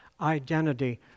identity